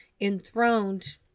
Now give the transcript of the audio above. enthroned